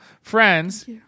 friends